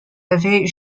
avait